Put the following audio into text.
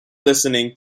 listening